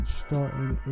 starting